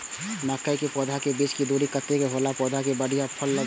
मके के पौधा के बीच के दूरी कतेक होला से पौधा में बढ़िया फली लगते?